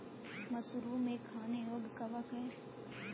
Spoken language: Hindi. मशरूम एक खाने योग्य कवक है